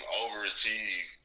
overachieve